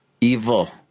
Evil